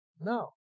No